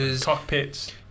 Cockpits